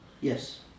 yes